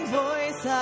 voice